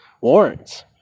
warrants